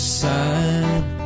side